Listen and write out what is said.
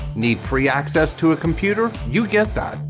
need free access to a computer? you get that!